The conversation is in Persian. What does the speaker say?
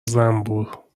زنبور